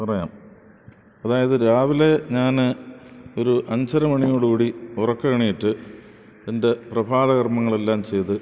പറയാം അതായത് രാവിലെ ഞാൻ ഒരു അഞ്ചര മണിയോടു കൂടി ഉറക്കമെണീറ്റ് എൻ്റെ പ്രഭാതകർമ്മങ്ങളെല്ലാം ചെയ്ത്